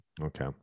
Okay